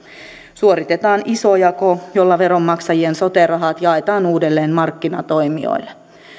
suoritetaan isojako jolla veronmaksajien sote rahat jaetaan uudelleen markkinatoimijoille